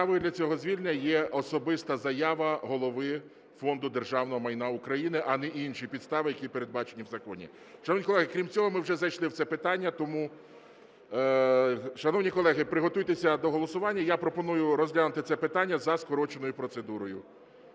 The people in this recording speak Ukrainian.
Підставою для цього звільнення є особиста заява Голови Фонду державного майна України, а не інші підстави, які передбачені в законі. Шановні колеги, крім цього ми вже зайшли в це питання, тому... Шановні колеги, приготуйтеся до голосування. Я пропоную розглянути це питання за скороченою процедурою.